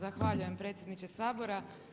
Zahvaljujem predsjedniče Sabora.